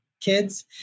kids